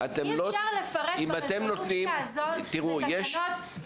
אי אפשר לפרט ברזולוציה הזאת בתקנות.